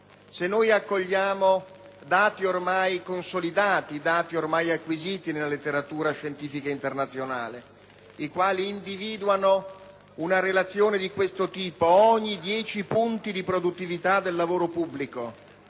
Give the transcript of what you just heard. è una riforma vigorosa e intensa. I dati ormai acquisiti nella letteratura scientifica internazionale individuano una relazione di questo tipo: ogni dieci punti di produttività del lavoro pubblico